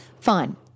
fine